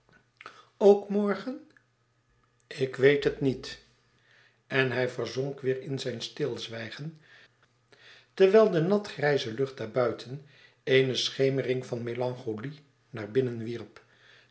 ook morgen ik weet het niet en hij verzonk weêr in zijn stilzwijgen terwijl de natgrijze lucht daarbuiten eene schemering van melancholie naar binnen wierp